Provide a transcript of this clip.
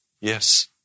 Yes